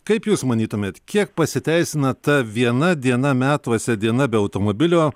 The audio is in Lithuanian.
kaip jūs manytumėt kiek pasiteisina ta viena diena metuose diena be automobilio